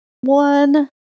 one